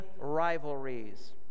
rivalries